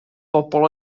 bobl